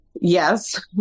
Yes